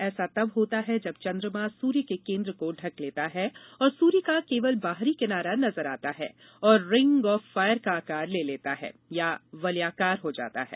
ऐसा तब होता है जब चंद्रमा सूर्य के केन्द्र को ढक लेता है और सूर्य का केवल बाहरी किनारा नजर आता है और रिंग ऑफ फायर का आकार ले लेता है या वलयाकार हो जाता है